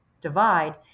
divide